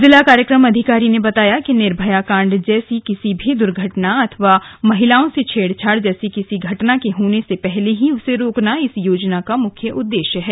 जिला कार्यक्रम अधिकारी ने बताया कि निर्भया कांड जैसी किसी भी दुर्घटना अथवा महिलाओं से छेड़छाड़ जैसी किसी किसी घटना के होने से पहले ही उसे रोकना इस योजना का मुख्य उद्देश्य है